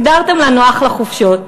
סידרתם לנו אחלה חופשות.